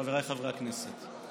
חבריי חברי הכנסת.